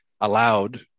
allowed